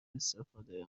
استفاده